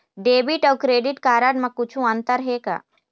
Debit अऊ credit card म कुछू अंतर हे का?